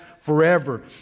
forever